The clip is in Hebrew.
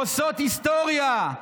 עושות היסטוריה,